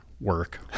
work